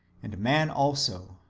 and man also?